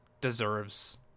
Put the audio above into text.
Deserves